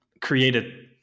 created